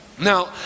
Now